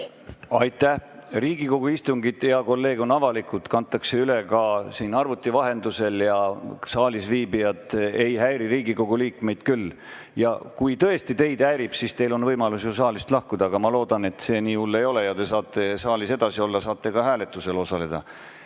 Aitäh! Riigikogu istungid, hea kolleeg, on avalikud, kantakse üle ka arvuti vahendusel ja saalis viibijad ei häiri Riigikogu liikmeid küll. Kui see tõesti teid häirib, siis teil on võimalus ju saalist lahkuda, aga ma loodan, et see nii hull ei ole ja te saate saalis edasi olla, saate ka hääletusel osaleda.